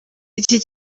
iki